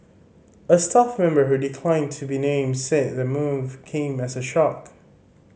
a staff member who declined to be named said the move came as a shock